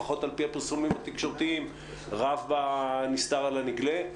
לפחות על-פי הפרסומים התקשורתיים רב הנסתר על הנגלה.